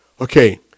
Okay